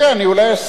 אני אולי אסכים,